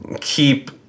keep